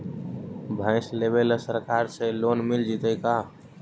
भैंस लेबे ल सरकार से लोन मिल जइतै का?